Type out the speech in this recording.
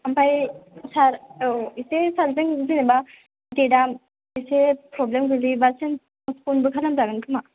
ओमफ्राय सार औ एसे सारजों जेनेबा जे दा एसे प्रब्लेम गोग्लैयोबासो फ'नबो खालाम जागोन खोमा